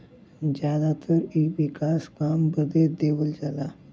जादातर इ विकास काम बदे देवल जाला